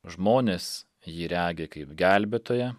žmonės jį regi kaip gelbėtoją